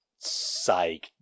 psyched